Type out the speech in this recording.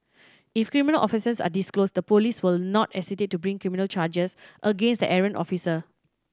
if criminal offences are disclosed the police will not hesitate to bring criminal charges against the errant officer